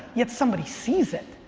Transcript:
yet somebody sees it,